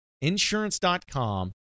insurance.com